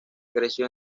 creció